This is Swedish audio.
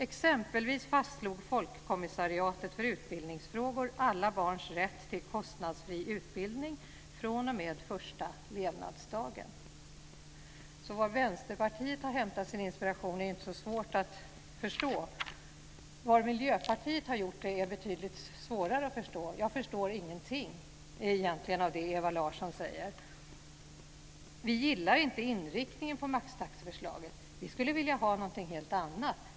Exempelvis fastslog folkkommissariatet för utbildningsfrågor alla barns rätt till kostnadsfri utbildning fr.o.m. första levnadsdagen. Var Vänsterpartiet har hämtat sin inspiration är alltså inte så svårt att förstå. Var Miljöpartiet har gjort det är betydligt svårare att förstå. Jag förstår egentligen ingenting av det Ewa Larsson säger: Vi gillar inte inriktningen på maxtaxeförslaget. Vi skulle vilja ha någonting helt annat.